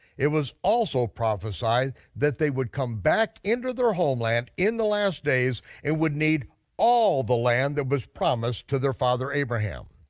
it was also prophesied that they would come back into their homeland in the last days and would need all the land that was promised to their father abraham.